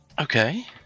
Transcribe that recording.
Okay